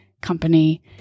company